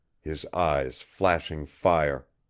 his eyes flashing fire.